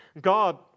God